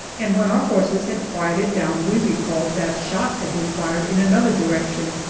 and when our horses had quieted down we recalled that shots had been fired in another direction,